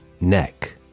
neck